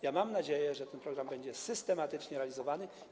Ja mam nadzieję, że ten program będzie systematycznie realizowany.